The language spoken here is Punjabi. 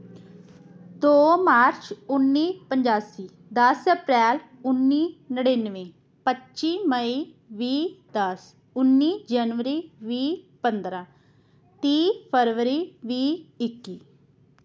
ਦੋ ਮਾਰਚ ਉੱਨੀ ਪਚਾਸੀ ਦਸ ਅਪ੍ਰੈਲ ਉੱਨੀ ਨੜਿਨਵੇਂ ਪੱਚੀ ਮਈ ਵੀਹ ਦਸ ਉੱਨੀ ਜਨਵਰੀ ਵੀਹ ਪੰਦਰਾਂ ਤੀਹ ਫਰਵਰੀ ਵੀਹ ਇੱਕੀ